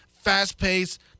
fast-paced